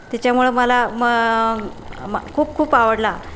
त्याच्यामुळे मला मग खूप खूप आवडला